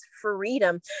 freedom